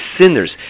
sinners